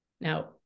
Now